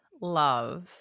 love